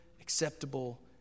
acceptable